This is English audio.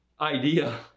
idea